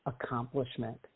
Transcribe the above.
accomplishment